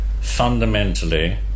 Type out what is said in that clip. fundamentally